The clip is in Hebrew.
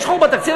יש חור בתקציב,